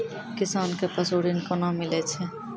किसान कऽ पसु ऋण कोना मिलै छै?